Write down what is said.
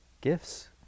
gifts